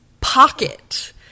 pocket